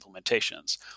implementations